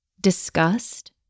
disgust